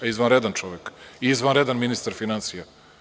Izvanredan čovek i izvanredan ministar finansija.